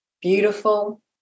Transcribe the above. beautiful